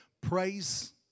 praise